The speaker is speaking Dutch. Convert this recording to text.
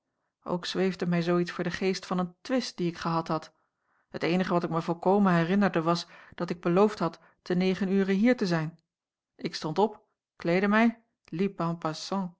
ook zweefde mij zoo iets voor den geest van een twist dien ik gehad had het eenige wat ik mij volkomen herinnerde was dat ik beloofd had te negen uren hier te zijn ik stond op kleedde mij